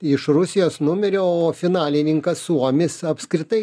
iš rusijos numirė o finalininkas suomis apskritai